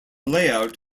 layout